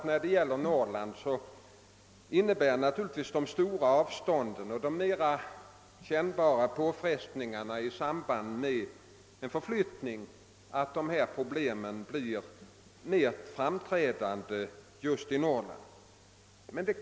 När det gäller Norrland innebär naturligtvis de stora avstånden och de mera kännbara påfrestningarna i samband med en förflyttning att problemen blir mera framträdande just där.